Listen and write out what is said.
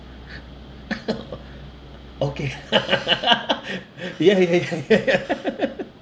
okay ya ya ya ya ya ya